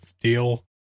deal